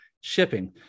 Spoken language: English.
shipping